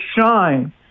shine